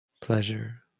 pleasure